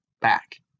back